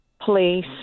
police